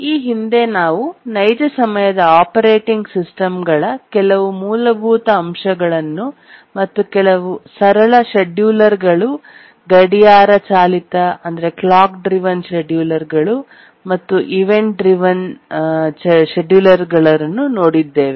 ಈ ಹಿಂದೆ ನಾವು ನೈಜ ಸಮಯದ ಆಪರೇಟಿಂಗ್ ಸಿಸ್ಟಮ್ಗಳ ಕೆಲವು ಮೂಲಭೂತ ಅಂಶಗಳನ್ನು ಮತ್ತು ಕೆಲವು ಸರಳ ಷೆಡ್ಯೂಲರ್ ಗಳು ಗಡಿಯಾರ ಚಾಲಿತ ಕ್ಲಾಕ್ ಡ್ರಿವನ್ ಷೆಡ್ಯೂಲರ್ ಗಳು ಮತ್ತು ಈವೆಂಟ್ ಚಾಲಿತ ಷೆಡ್ಯೂಲರ್ ಗಳನ್ನು ನೋಡಿದ್ದೇವೆ